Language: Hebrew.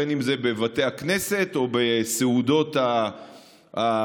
בין אם זה בבתי הכנסת או בסעודות החג,